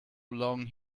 long